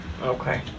Okay